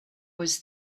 was